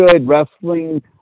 wrestling